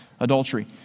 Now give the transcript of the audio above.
Adultery